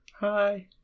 Hi